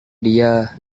dia